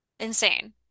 insane